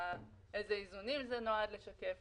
איזה איזונים זה נועד לשקף.